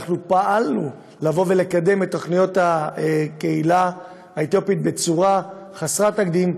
אנחנו פעלנו לקדם את תוכניות הקהילה האתיופית בצורה חסרת תקדים,